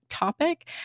topic